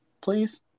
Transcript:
Please